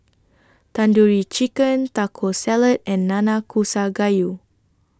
Tandoori Chicken Taco Salad and Nanakusa Gayu